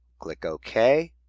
click ok.